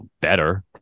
better